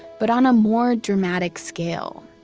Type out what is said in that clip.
but on a more dramatic scale.